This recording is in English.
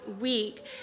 week